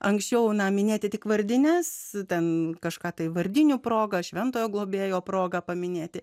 anksčiau ona minėti tik vardines ten kažką tai vardinių proga šventojo globėjo proga paminėti